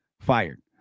fired